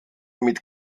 mit